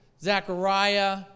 Zechariah